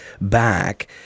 back